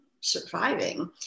surviving